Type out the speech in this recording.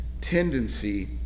tendency